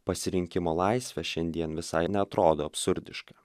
pasirinkimo laisvę šiandien visai neatrodo absurdiška